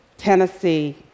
Tennessee